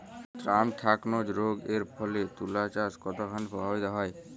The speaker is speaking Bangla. এ্যানথ্রাকনোজ রোগ এর ফলে তুলাচাষ কতখানি প্রভাবিত হয়?